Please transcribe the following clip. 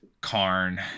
Karn